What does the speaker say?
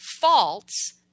false